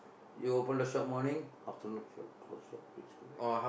you open the shop morning afternoon shop close shop please go back